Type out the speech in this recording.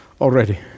already